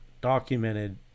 documented